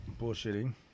bullshitting